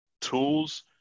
tools